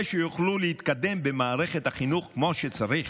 שיוכלו להתקדם במערכת החינוך כמו שצריך?